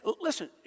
Listen